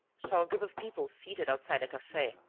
saw a group of people seated outside a cafe,